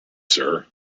sir